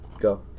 Go